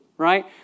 right